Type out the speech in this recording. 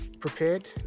prepared